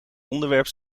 onderwerp